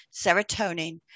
serotonin